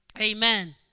Amen